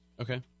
Okay